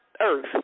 earth